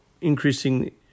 increasing